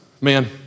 Man